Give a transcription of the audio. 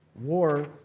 War